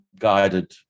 guided